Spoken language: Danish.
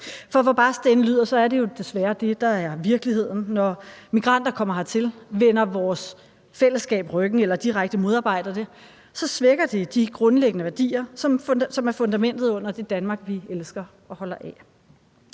Hvor barskt det end lyder, er det jo desværre det, der er virkeligheden. Når migranter kommer hertil, vender vores fællesskab ryggen eller direkte modarbejder det, svækker det de grundlæggende værdier, som er fundamentet under det Danmark, vi elsker og holder af.